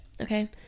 okay